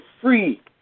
free